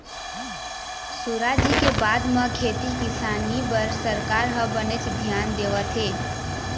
सुराजी के बाद म खेती किसानी बर सरकार ह बनेच धियान देवत हे